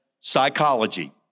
psychology